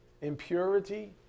impurity